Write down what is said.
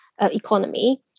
economy